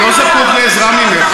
אני לא זקוק לעזרה ממךְ,